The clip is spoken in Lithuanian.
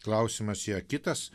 klausimas yra kitas